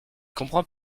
comprend